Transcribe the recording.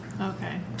Okay